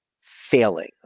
failing